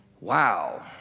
Wow